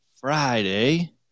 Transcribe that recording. Friday